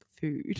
food